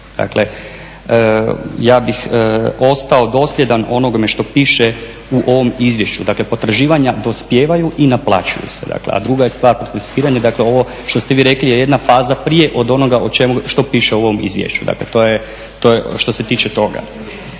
Ja bih ostao dosljedan onome što piše u ovome izvješću. dakle potraživanja dospijevaju i naplaćuju se, a druga je stvar protestiranje. Dakle ovo što ste vi rekli je jedna faza prije od onoga što piše u ovome izvješću, to je što se tiče toga.